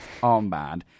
Armband